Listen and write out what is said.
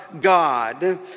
God